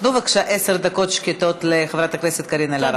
תנו בבקשה עשר דקות שקטות לחברת הכנסת קארין אלהרר.